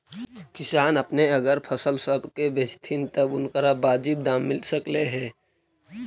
किसान अपने अगर फसल सब के बेचतथीन तब उनकरा बाजीब दाम मिल सकलई हे